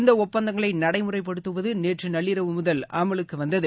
இந்த ஒப்பந்தங்களை நடைமுறைப்படுத்துவது நேற்று நள்ளிரவு முதல் அமலுக்கு வந்தது